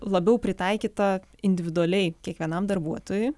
labiau pritaikyta individualiai kiekvienam darbuotojui